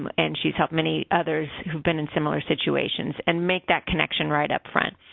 and she's helped many others who've been in similar situations, and make that connection, right upfront,